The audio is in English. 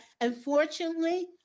Unfortunately